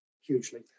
hugely